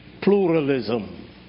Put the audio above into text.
pluralism